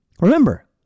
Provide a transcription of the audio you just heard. Remember